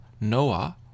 Noah